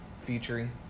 featuring